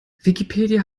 wikipedia